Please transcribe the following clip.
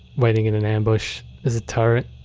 waiting in an ambush. there's a turret.